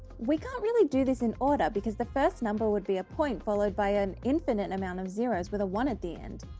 we can't really do this in order because the first number would be a point followed by an infinite amount of zero s with a one at the end,